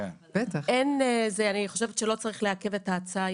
אני לא חושבת שצריך לעכב את ההצעה.